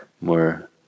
more